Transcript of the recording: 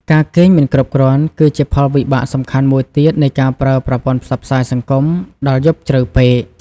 ការគេងមិនគ្រប់គ្រាន់គឺជាផលវិបាកសំខាន់មួយទៀតនៃការប្រើប្រព័ន្ធផ្សព្វផ្សាយសង្គមដល់យប់ជ្រៅពេក។